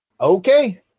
Okay